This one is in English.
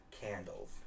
candles